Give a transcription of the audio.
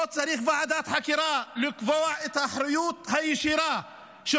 לא צריך ועדת חקירה לקבוע את האחריות הישירה של